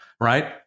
right